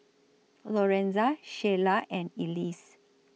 Lorenza Shayla and Elise